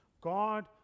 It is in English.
God